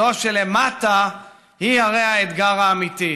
זו שלמטה היא הרי האתגר האמיתי: